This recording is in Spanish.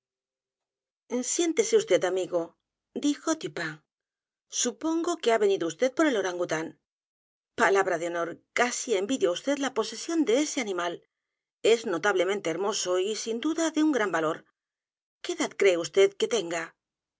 siéntese vd amigo dijo dupin supongo que ha venido vd por el orangután palabra de honor casi envidio á vd la posesión de ese animal es notablemente hermoso y sin duda de un gran valor qué edad cree vd que tenga